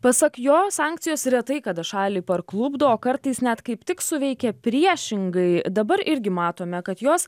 pasak jo sankcijos retai kada šalį parklupdo o kartais net kaip tik suveikia priešingai dabar irgi matome kad jos